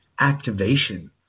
activation